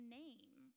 name